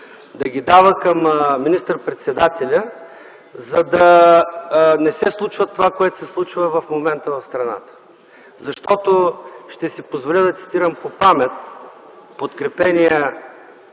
Да ги дава към министър-председателя, за да не се случва това, което се случва в момента в страната. Защото, ще си позволя да цитирам по памет, при